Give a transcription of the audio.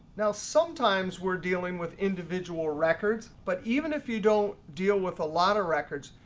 now sometimes we're dealing with individual records, but even if you don't deal with a lot of records,